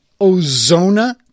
Ozona